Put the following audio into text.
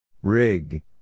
Rig